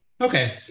Okay